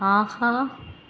ஆஹா